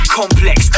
complex